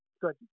good